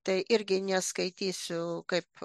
tai irgi neskaitysiu kaip